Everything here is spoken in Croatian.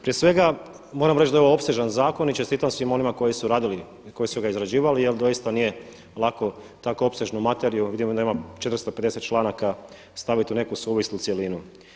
Prije svega moram reći da je ovo opsežan zakon i čestitam svim onima koji su radili i koji su ga izrađivali ali doista nije lako tako opsežnu materiju, ovdje ona ima 450 člana staviti u neku suvislu cjelinu.